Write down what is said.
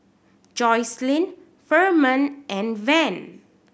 Jocelynn Firman and Van